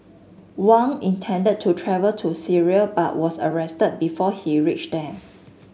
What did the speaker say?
Wang intended to travel to Syria but was arrested before he reached there